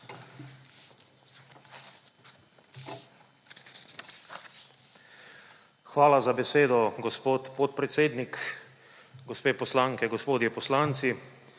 Hvala za besedo, gospod podpredsednik. Gospe poslanke, gospodje poslanci!